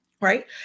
right